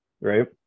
right